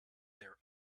their